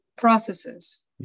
processes